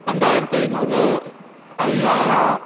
ரெண்டாயிரத்து ஐநூறு ஐயாயிரம்